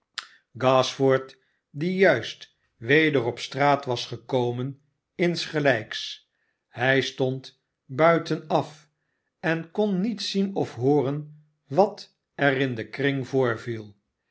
gashford die barnaby rudge juist weder op straat was gekomen insgelijks hij stond buitenaf en kon met zien of hooren wat er in den kring voorviel